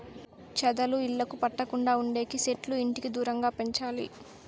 చెదలు ఇళ్లకు పట్టకుండా ఉండేకి సెట్లు ఇంటికి దూరంగా పెంచాలి